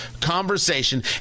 conversation